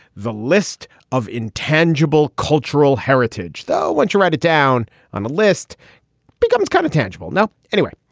the list of intangible cultural heritage, though, when you write it down on the list becomes kind of tangible now anyway.